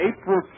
April